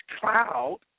cloud